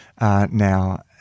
now